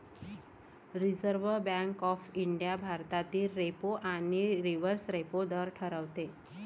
reserve bank of India भारतातील repo आणि reverse repo दर ठरवते